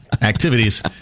activities